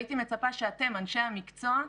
והייתי מצפה שאתם, אנשי המקצוע,